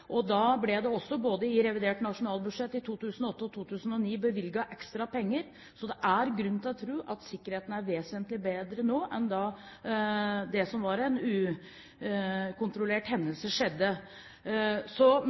og 2009 bevilget ekstra penger, så det er grunn til å tro at sikkerheten er vesentlig bedre nå enn den var da den ukontrollerte hendelsen skjedde. Likevel mener jeg det